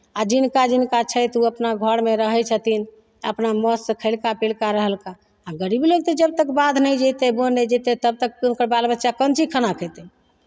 आ जिनका जिनका छै तऽ ओ अपना घरमे रहै छथिन अपना मौजसँ खैलका पीलका रहलका आ गरीब लोक तऽ जब तक बाध नहि जेतै बोन नहि जेतै तब तक ओकर बाल बच्चा कोन चीज खाना खेतै